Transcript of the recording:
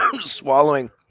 swallowing